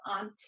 on